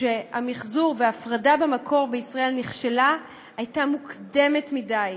שהמחזור וההפרדה במקור בישראל נכשלה הייתה מוקדמת מדי,